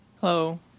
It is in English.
Hello